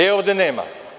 E, ovde nema.